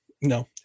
no